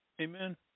Amen